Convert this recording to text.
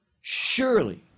surely